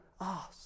ask